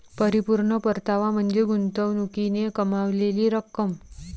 परिपूर्ण परतावा म्हणजे गुंतवणुकीने कमावलेली रक्कम